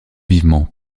vivement